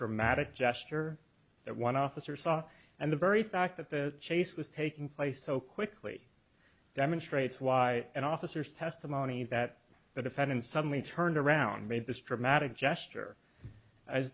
dramatic gesture that one officer saw and the very fact that the chase was taking place so quickly demonstrates why and officers testimony that the defendant suddenly turned around made this dramatic gesture as